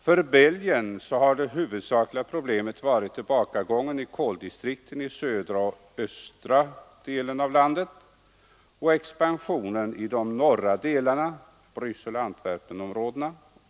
För Belgien har det huvudsakliga problemet varit tillbakagången i koldistrikten i södra och östra delarna av landet och expansionen i de norra delarna — i Brysseloch Antverpenområdena.